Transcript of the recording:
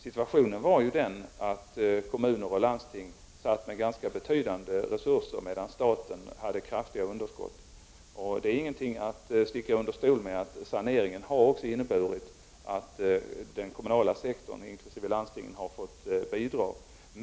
Situationen var den att kommuner och landsting satt med ganska betydande resurser, medan staten hade kraftiga underskott. Det är ingenting att sticka under stol med att också den kommunala sektorn inkl. landstingen har fått bidra till saneringen av statens ekonomi.